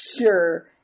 Sure